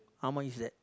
how much is that